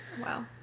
Wow